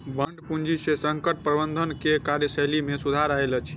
bond पूंजी से संकट प्रबंधन के कार्यशैली में सुधार आयल अछि